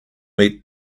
eat